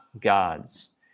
gods